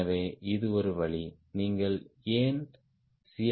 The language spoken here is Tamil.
எனவே இது ஒரு வழி நீங்கள் ஏன் சி